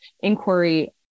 inquiry